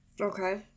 Okay